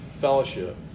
fellowship